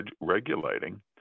regulating